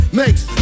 makes